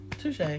Touche